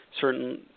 certain